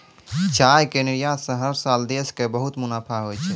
चाय के निर्यात स हर साल देश कॅ बहुत मुनाफा होय छै